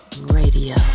radio